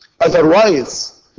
Otherwise